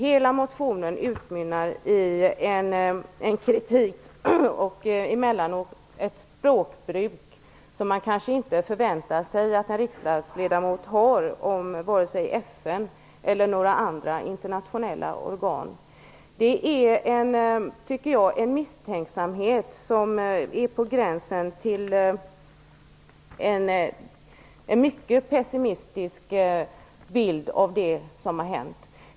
Hela motionen utmynnar i en kritik och emellanåt ett språkbruk som man kanske inte förväntar sig av en riksdagsledamot om vare sig FN eller några andra internationella organ. Det är en misstänksamhet som är på gränsen till en mycket pessimistisk bild av det som har hänt.